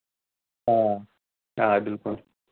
آ آ بِلکُل